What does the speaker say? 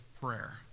prayer